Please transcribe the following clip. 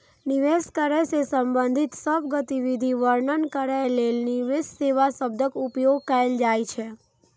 निवेश करै सं संबंधित सब गतिविधि वर्णन करै लेल निवेश सेवा शब्दक उपयोग कैल जाइ छै